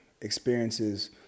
experiences